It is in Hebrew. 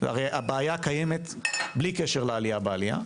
הרי הבעיה קיימת בלי קשר לעלייה בעלייה,